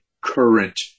current